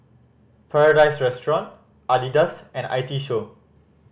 Paradise Restaurant Adidas and I T Show